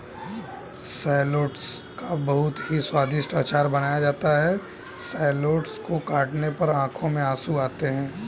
shallots का बहुत ही स्वादिष्ट अचार बनाया जाता है शैलोट्स को काटने पर आंखों में आंसू आते हैं